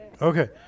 Okay